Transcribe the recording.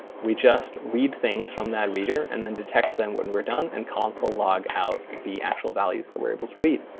we just read things from that reader, and then detect them when we're done, and console log out the actual values that we're able to read.